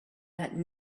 that